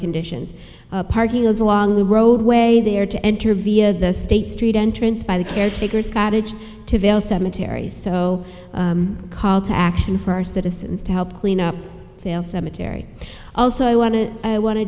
conditions parking goes along the roadway there to enter via the state street entrance by the caretakers cottage to vail cemeteries so call to action for our citizens to help clean up failed cemetery also i want to i want to